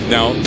Now